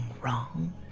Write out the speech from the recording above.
wrong